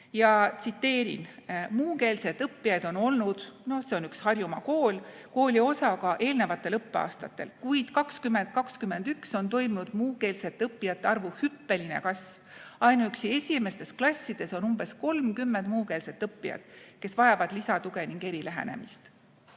Tsiteerin: "Muukeelsed õppijad on olnud (See on üks Harjumaa kool. – B. K-L.) kooli osa ka eelnevatel õppeaastatel, kuid 2021 on toimunud muukeelsete õppijate arvu hüppeline kasv. Ainuüksi esimestes klassides on umbes 30 muukeelset õppijat, kes vajavad lisatuge ning erilähenemist."